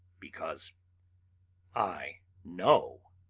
because i know!